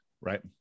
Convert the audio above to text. right